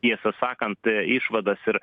tiesą sakant išvadas ir